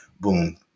boom